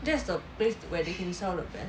that's the place where they can best